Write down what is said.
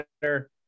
better